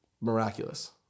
miraculous